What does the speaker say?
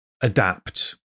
adapt